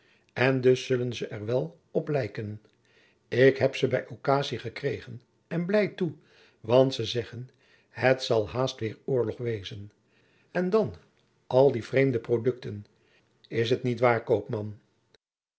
en dus zullen ze er wel op lijkenen ik heb ze bij occasie ekregen en blij toe want ze zeggen het zal hoast weêr oorlog wezen en dan hadie vreemde producten is t niet waôr koopman